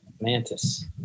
Mantis